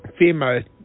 FEMA